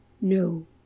No